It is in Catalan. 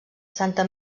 santa